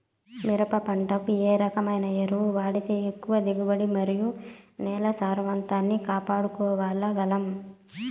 మిరప పంట కు ఏ రకమైన ఎరువులు వాడితే ఎక్కువగా దిగుబడి మరియు నేల సారవంతాన్ని కాపాడుకోవాల్ల గలం?